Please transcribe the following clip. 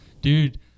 dude